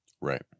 right